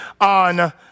on